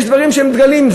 יש דברים שהם דגלים.